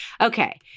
Okay